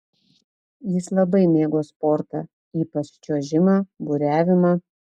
jis labai mėgo sportą ypač čiuožimą buriavimą